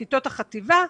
כיתות החטיבה,